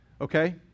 okay